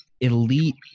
elite